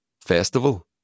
festival